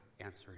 answer